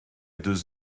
deux